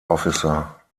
officer